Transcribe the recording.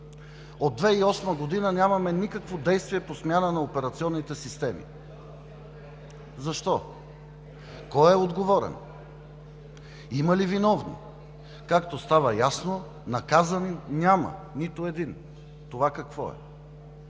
От 2008 г. нямаме никакво действие по смяна на операционните системи. Защо? Кой е отговорен? Има ли виновни? Както става ясно, наказани няма, нито един! Това какво е?